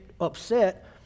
upset